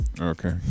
Okay